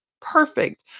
perfect